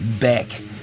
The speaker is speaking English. Back